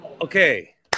Okay